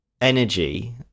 energy